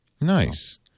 Nice